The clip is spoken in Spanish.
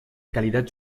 calidad